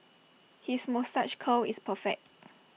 his moustache curl is perfect